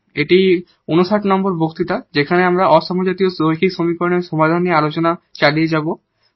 এবং এটি 59 নম্বর বক্তৃতা যেখানে আমরা নন হোমোজিনিয়াস লিনিয়ার সমীকরণের সমাধান নিয়ে আমাদের আলোচনা চালিয়ে যাব